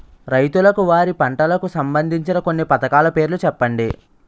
రైతులకు వారి పంటలకు సంబందించిన కొన్ని పథకాల పేర్లు చెప్పండి?